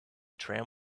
tram